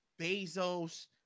Bezos